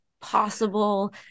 possible